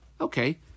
Okay